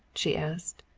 she asked.